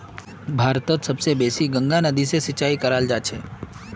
भारतत सब स बेसी गंगा नदी स सिंचाई कराल जाछेक